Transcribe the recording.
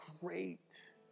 great